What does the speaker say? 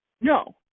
No